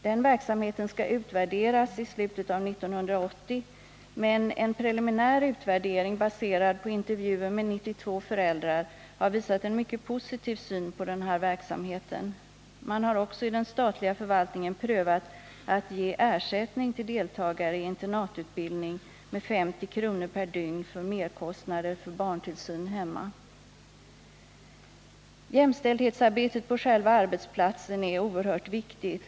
Den verksamheten skall utvärderas i slutet av 1980, men en preliminär utvärdering baserad på intervjuer med 92 föräldrar har visat en mycket positiv syn på den här verksamheten. Man har också i den statliga förvaltningen prövat att ge ersättning till deltagare i internatutbildning med 50 kr. per dygn för merkostnader för barntillsyn hemma. Jämställdhetsarbetet på själva arbetsplatsen är oerhört viktigt.